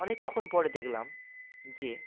অনেকক্ষণ পরে দেখলাম যে